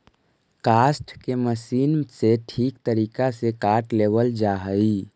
काष्ठ के मशीन से ठीक तरीका से काट लेवल जा हई